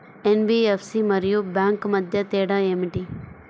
NBFC మరియు bank మధ్య తేడా ఏమిటీ?